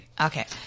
Okay